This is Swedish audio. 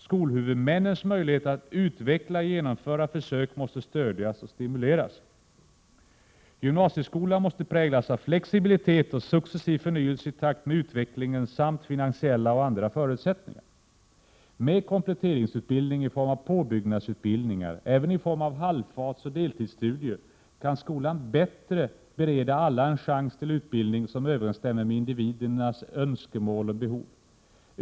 Skolhuvudmännens möjligheter att utveckla och genomföra försök måste stödjas och stimuleras. Gymnasieskolan måste präglas av flexibilitet och successiv förnyelse i takt med utvecklingen samt finansiella och andra förutsättningar. Med kompletteringsutbildning i form av påbyggnadsutbildningar, även i form av halvfartsoch deltidsstudier, kan skolan bättre bereda alla en chans till utbildning som överensstämmer med individernas önskemål och behov.